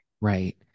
Right